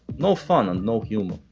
no fun and no humor.